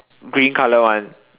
green colour one